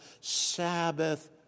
Sabbath